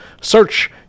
Search